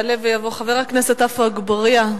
יעלה ויבוא חבר הכנסת עפו אגבאריה.